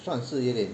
算是有一点